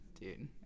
Dude